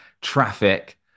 traffic